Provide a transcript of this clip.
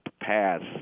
pass